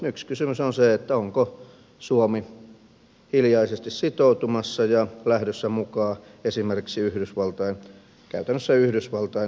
yksi kysymys on se onko suomi hiljaisesti sitoutumassa ja lähdössä mukaan esimerkiksi yhdysvaltain käytännössä yhdysvaltain ohjuspuolustusjärjestelmään